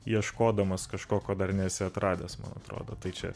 ieškodamas kažko ko dar nesi atradęs man atrodo tai čia